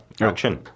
action